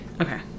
Okay